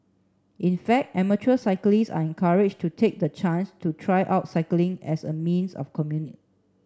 in fact amateur cyclists are encouraged to take the chance to try out cycling as a means of commute